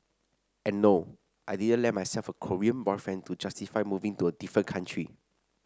and no I didn't land myself a Korean boyfriend to justify moving to a different country